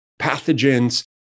pathogens